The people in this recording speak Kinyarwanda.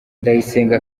ndayisenga